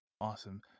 Awesome